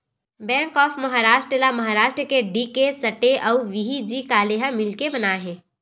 bank of Maharashtra ल महारास्ट के D K Sathe अउ व्ही.जी काले ह मिलके बनाए हे